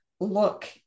look